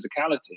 physicality